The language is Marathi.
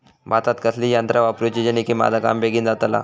भातात कसली यांत्रा वापरुची जेनेकी माझा काम बेगीन जातला?